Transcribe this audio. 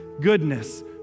goodness